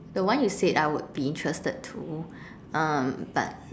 the one you said I would be interested um to but